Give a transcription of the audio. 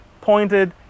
pointed